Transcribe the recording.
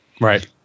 Right